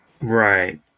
Right